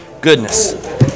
Goodness